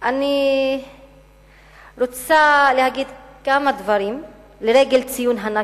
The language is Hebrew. אני רוצה להגיד כמה דברים לרגל ציון ה"נכבה"